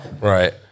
Right